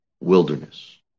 wilderness